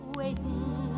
waiting